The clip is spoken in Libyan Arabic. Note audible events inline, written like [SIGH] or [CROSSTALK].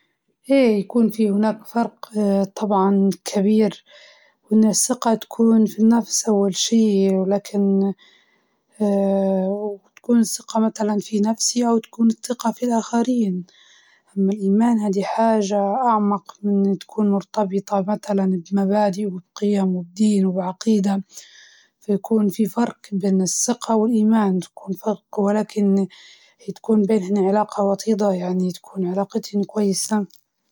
الثقة تعتمد على التجربة والإطمئنان للشخص أو شيء معين، أما الإيمان فهذا شيء أعمق وأوسع ويتجاوز المنطق، [HESITATION] يعتمد على القناعات والقوة الداخلية بدون الحاجة اللي إثبات ملموس، يعني الإيمان ممكن يكون في حاجة ما نقدر نلمسها لكن نؤمن فيها.